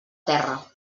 terra